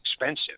expensive